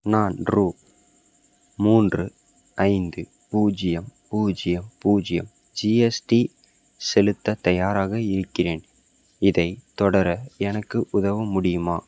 நான் ரூ மூன்று ஐந்து பூஜ்ஜியம் பூஜ்ஜியம் பூஜ்ஜியம் ஜிஎஸ்டி செலுத்த தயாராக இருக்கிறேன் இதைத் தொடர எனக்கு உதவ முடியுமா